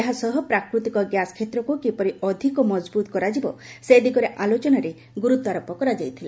ଏହା ସହ ପ୍ରାକୃତିକ ଗ୍ୟାସ କ୍ଷେତ୍ରକୁ କିପରି ଅଧିକ ମଜବୁତ କରାଯିବ ସେ ଦିଗରେ ଆଲୋଚନାରେ ଗୁରୁତ୍ୱାରୋପ କରାଯାଇଥିଲା